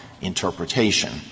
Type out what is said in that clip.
interpretation